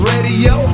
Radio